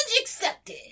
accepted